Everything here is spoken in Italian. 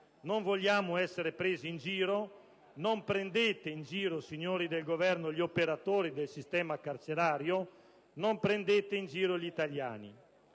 Non vogliamo essere presi in giro: non prendete in giro, signori del Governo, gli operatori del sistema carcerario; non prendete in giro gli italiani.